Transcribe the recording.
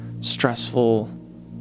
stressful